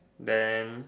then